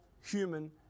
human